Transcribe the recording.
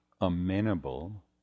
amenable